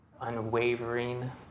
unwavering